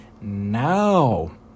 now